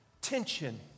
tension